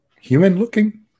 human-looking